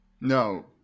no